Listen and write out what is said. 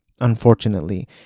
unfortunately